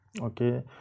Okay